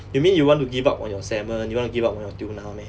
you mean you want to give up on your salmon you want to give up on your tuna meh